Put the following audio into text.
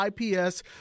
IPS